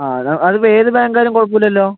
അതിപ്പോൾ ഏത് ബാങ്ക് ആയാലും കുഴപ്പമില്ലല്ലോ